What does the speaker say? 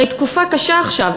הרי תקופה קשה עכשיו,